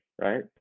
Right